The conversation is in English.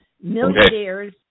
millionaires